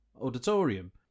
auditorium